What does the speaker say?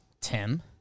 Tim